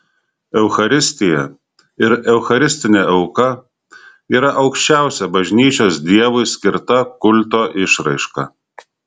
eucharistija ir eucharistinė auka yra aukščiausia bažnyčios dievui skirta kulto išraiška